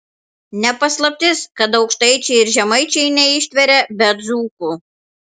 ne paslaptis kad aukštaičiai ir žemaičiai neištveria be dzūkų